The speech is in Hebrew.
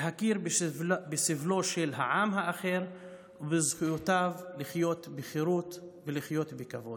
להכיר בסבלו של העם האחר וזכויותיו לחיות בחירות ולחיות בכבוד,